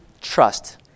trust